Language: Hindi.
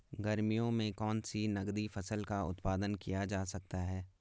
गर्मियों में कौन सी नगदी फसल का उत्पादन किया जा सकता है?